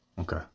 okay